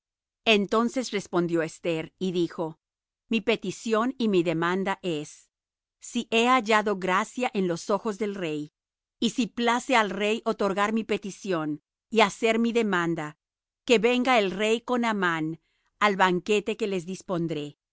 entonces respondió esther y dijo mi petición y mi demanda es si he hallado gracia en los ojos del rey y si place al rey otorgar mi petición y hacer mi demanda que venga el rey con amán al banquete que les dispondré